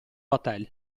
vatel